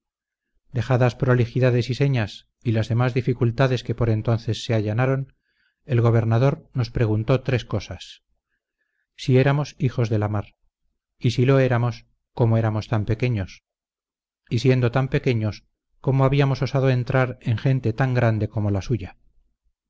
dejadas prolijidades y señas y las demás dificultades que por entonces se allanaron el gobernador nos preguntó tres cosas si éramos hijos de la mar y si lo éramos cómo éramos tan pequeños y siendo tan pequeños cómo habíamos osado entrar entre gente tan grande como la suya